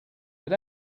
but